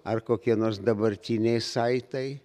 ar kokie nors dabartiniai saitai